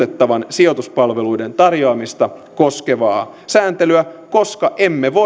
muutettavan sijoituspalveluiden tarjoamista koskevaa sääntelyä koska